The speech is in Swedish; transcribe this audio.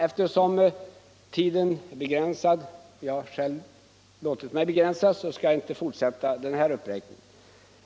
Eftersom tiden är begränsad — jag har själv låtit mig begränsas — skall jag inte fortsätta den här uppräkningen.